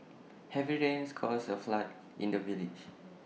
heavy rains caused A flood in the village